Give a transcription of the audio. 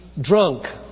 drunk